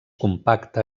compacte